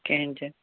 کِہیٖنۍ تہِ